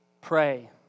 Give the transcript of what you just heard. pray